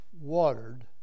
watered